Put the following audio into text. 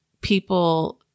people